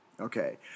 Okay